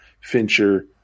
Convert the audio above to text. Fincher